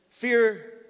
fear